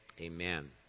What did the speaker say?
amen